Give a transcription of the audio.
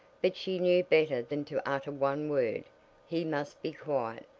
but she knew better than to utter one word he must be quiet,